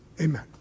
Amen